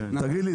תגיד לי,